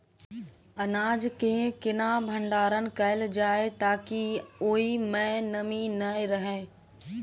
अनाज केँ केना भण्डारण कैल जाए ताकि ओई मै नमी नै रहै?